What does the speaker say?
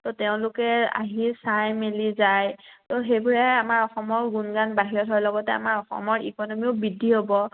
তো তেওঁলোকে আহি চাই মেলি যায় তো সেইবোৰে আমাৰ অসমৰ গুণ গান বাহিৰ হোৱাৰ লগতে আমাৰ অসমৰ ইকনমিও বৃদ্ধি হ'ব